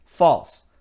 false